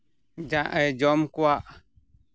ᱡᱟᱦᱟᱸ ᱡᱚᱢ ᱠᱚᱣᱟᱜ